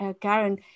Karen